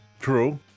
True